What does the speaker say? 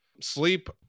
Sleep